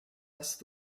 hast